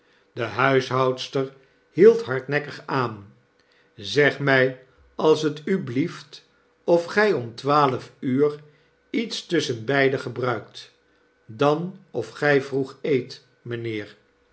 de huishoudster hield hardnekkig aan zeg my als t u blieft of gij om twaalf uur iets tusschen beiden gebruikt dan of gy vroeg eet mynheer